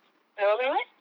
my boyfriend what